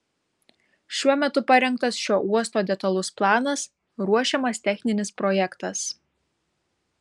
šiuo metu parengtas šio uosto detalus planas ruošiamas techninis projektas